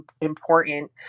important